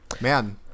man